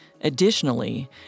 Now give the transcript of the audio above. Additionally